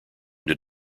did